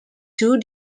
two